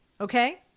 Okay